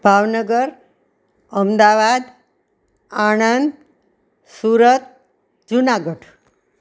Bhavnagar Ahmedabad Anand Surat Junagadh